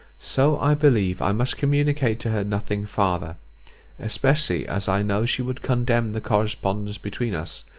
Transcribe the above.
so i believe i must communicate to her nothing farther especially as i know she would condemn the correspondence between us,